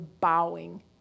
bowing